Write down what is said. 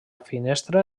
finestra